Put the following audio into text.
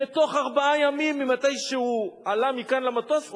ותוך ארבעה ימים מאז שהוא עלה מכאן למטוס,